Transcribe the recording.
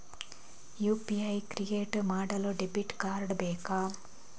UPI create ಮಾಡಲು debit card ಬೇಕಾ?